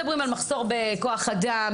מדברים על מחסור בכוח אדם,